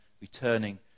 returning